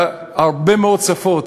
בהרבה מאוד שפות,